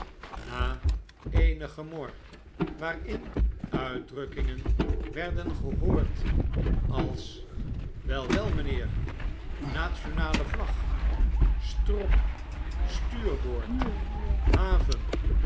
na eenig gemor waarin uitdrukkingen werden gehoord als wel wel mpheer nationale vlag strop stuurboord haven